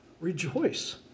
Rejoice